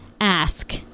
Ask